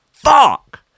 Fuck